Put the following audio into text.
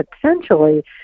potentially